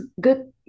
good